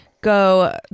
go